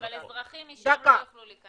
אבל אזרחים משם לא יוכלו להיכנס לכאן.